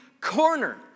corner